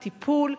טיפול,